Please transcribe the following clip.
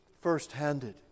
first-handed